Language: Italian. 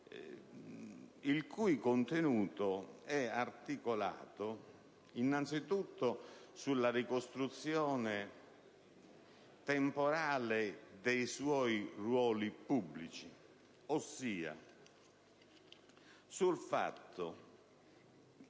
il cui contenuto è articolato innanzitutto nella ricostruzione temporale dei suoi ruoli pubblici, ossia sul fatto